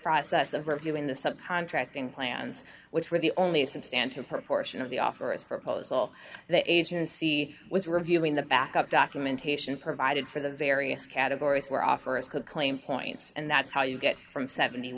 process of reviewing the sub contracting plans which were the only substantial proportion of the offer as a proposal that agency was reviewing the backup documentation provided for the various categories were off or as could claim points and that's how you get from seventy